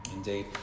Indeed